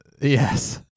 Yes